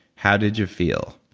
how did you feel?